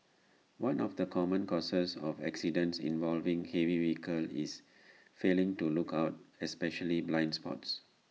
one of the common causes of accidents involving heavy vehicles is failing to look out especially blind spots